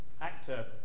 actor